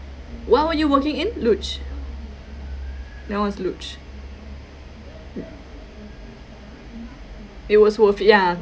where were you working in luge that was luge it was worth ya